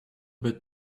bit